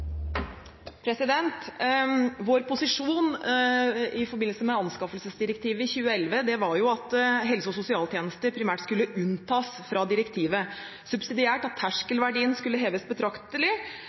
Vår posisjon i forbindelse med anskaffelsesdirektivet i 2011 var at helse- og sosialtjenester primært skulle unntas fra direktivet – subsidiært at